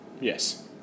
Yes